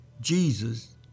Jesus